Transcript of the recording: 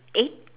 eight